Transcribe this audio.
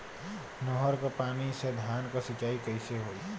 नहर क पानी से धान क सिंचाई कईसे होई?